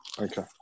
okay